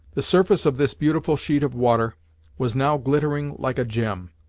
the surface of this beautiful sheet of water was now glittering like a gem,